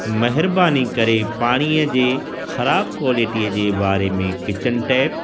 महिरबानी करे पाणीअ जे ख़राब कोलेटीअ जे बारे में किचिन टैप